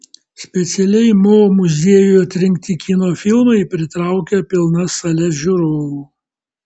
specialiai mo muziejui atrinkti kino filmai pritraukia pilnas sales žiūrovų